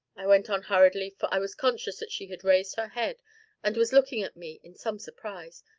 i went on hurriedly, for i was conscious that she had raised her head and was looking at me in some surprise,